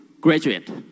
graduate